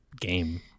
game